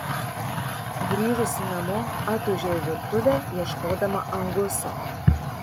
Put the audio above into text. grįžusi namo atūžiau į virtuvę ieškodama anguso